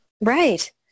Right